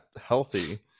healthy